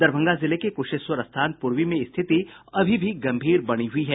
दरभंगा जिले के कुशेश्वर स्थान पूर्वी में स्थिति अभी भी गंभीर बनी हुई है